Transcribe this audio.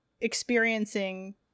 experiencing